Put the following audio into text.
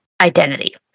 identity